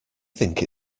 think